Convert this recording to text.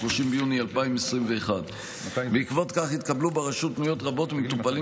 30 ביוני 2021. בעקבות זאת התקבלו ברשות פניות רבות ממטופלים